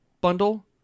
bundle